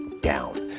down